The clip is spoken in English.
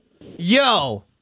Yo